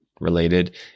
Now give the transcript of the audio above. related